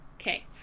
Okay